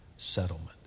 settlement